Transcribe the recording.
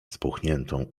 spuchniętą